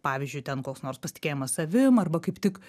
pavyzdžiui ten koks nors pasitikėjimas savim arba kaip tik